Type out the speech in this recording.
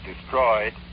destroyed